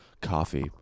Coffee